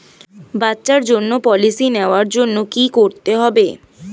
বাচ্চার জন্য পলিসি নেওয়ার জন্য কি করতে হবে?